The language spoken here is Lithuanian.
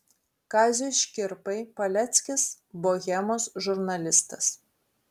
kaziui škirpai paleckis bohemos žurnalistas